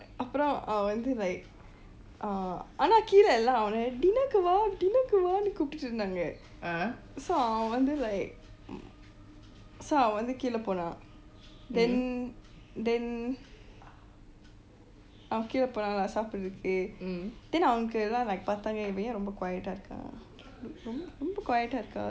அப்பரம் வந்து:appuram vantu like uh ஆனால் கீழே எல்லாம்:aanaal keelai yellam dinner க்கு வா:ku vaa dinner க்கு வா என்று கூப்பிட்டுட்டு இருந்தாங்க:ku vaa koopittu erutannka so அவன் வந்து:avan vantu like so அவன் வந்து கீழே போனான்:avan vantu keelai poonan then then அவன் வந்து கீழே போனான்:avan vantu keelai poonan lah சாப்பிடதற்கு:caappitarku then அவனுக்கு எல்லா பார்த்தாங்க இவன் ஏன் றோம்ப:avannukku ellam paartanga evan en romba quiet அ இருக்கான்னு றோம்ப:aa irrrukannu romba quiet அ இருக்கான்னு:aa irrukaan